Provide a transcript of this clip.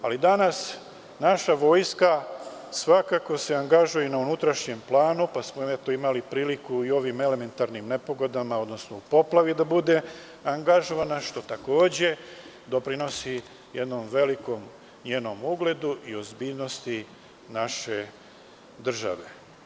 Danas naša vojska se svakako angažuje i na unutrašnjem planu pa smo imali priliku i u ovim elementarnim nepogodama, odnosno u poplavama da bude angažovana, što takođe doprinosi velikom ugledu i ozbiljnosti naše države.